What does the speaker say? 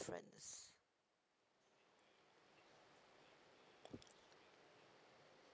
difference